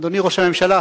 אדוני ראש הממשלה,